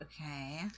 Okay